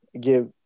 give